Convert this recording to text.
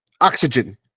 Oxygen